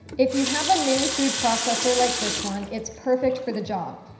if you have a mini food processor like this one, it's perfect for the job.